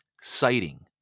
citing